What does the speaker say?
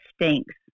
stinks